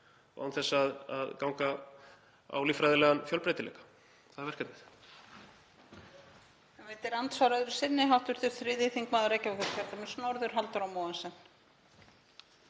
og án þess að ganga á líffræðilegan fjölbreytileika. Það er verkefnið.